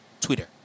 Twitter